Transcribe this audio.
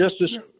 Justice